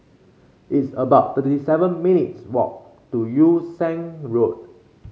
it's about thirty seven minutes' walk to Yew Siang Road